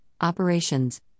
Operations